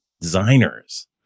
designers